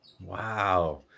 Wow